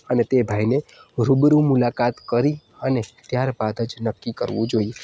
અને તે ભાઈને રૂબરૂ મુલાકાત કરી અને ત્યારબાદ જ નક્કી કરવું જોઈએ